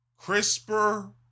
CRISPR